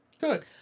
Good